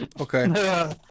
Okay